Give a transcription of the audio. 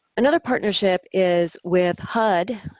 another partnership is with hud,